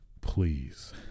please